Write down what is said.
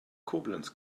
koblenz